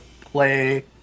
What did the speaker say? play